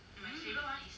hmm